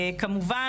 כמובן,